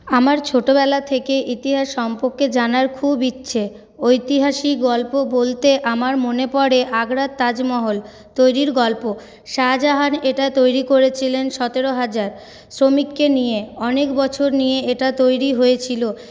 আমার ছোটোবেলা থেকে ইতিহাস সম্পর্কে জানার খুব ইচ্ছে ঐতিহাসিক গল্প বলতে আমার মনে পরে আগ্রার তাজমহল তৈরির গল্প শাহজাহান এটা তৈরি করেছিলেন সতেরো হাজার শ্রমিককে নিয়ে অনেক বছর নিয়ে এটা তৈরি হয়েছিল